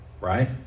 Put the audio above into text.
Right